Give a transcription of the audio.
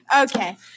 Okay